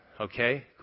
okay